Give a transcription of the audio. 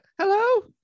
Hello